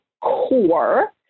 core